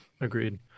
Agreed